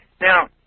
Now